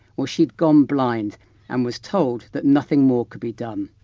well, she'd gone blind and was told that nothing more could be done.